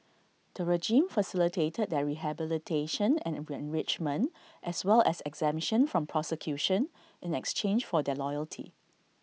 the regime facilitated their rehabilitation and enrichment as well as exemption from prosecution in exchange for their loyalty